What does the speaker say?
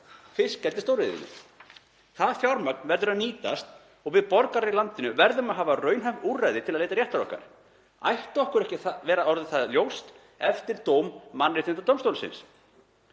fiskeldisstóriðjunni. Það fjármagn verður að nýtast. Við borgarar í landinu verðum að hafa raunhæf úrræði til að leita réttar okkar. Ætti okkur ekki að vera orðið það ljóst eftir dóm Mannréttindadómstólsins?